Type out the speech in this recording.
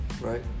Right